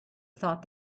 thought